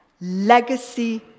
legacy